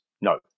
no